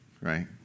right